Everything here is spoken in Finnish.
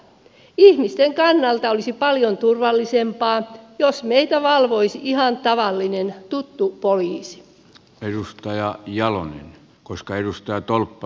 ihmisten kannalta olisi paljon turvallisempaa jos meitä valvoisi ihan tavallinen tuttu poliisi tee juustoja ja lomia koska edustaa tolppa